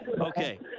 Okay